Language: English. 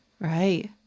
Right